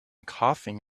coughing